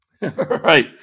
Right